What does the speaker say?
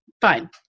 Fine